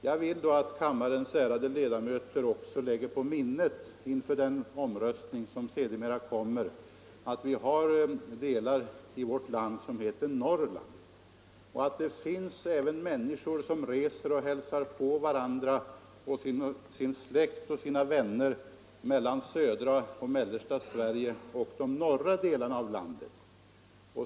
Jag vill be kammarens ärade ledamöter att inför den förestående voteringen också lägga på minnet att vi har delar av vårt land som heter Norrland och att det finns människor som för att hälsa på släkt och vänner reser mellan södra och mellersta Sverige och de norra delarna av landet.